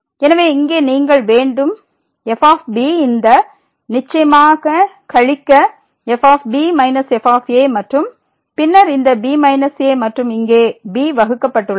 எனவே இங்கே நீங்கள் வேண்டும் f இந்த நிச்சயமாக கழிக்க f b f மற்றும் பின்னர் இந்த b a மற்றும் இங்கே b வகுக்கப்பட்டுள்ளது